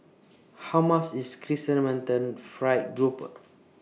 How much IS Chrysanthemum Fried Grouper